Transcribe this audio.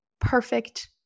perfect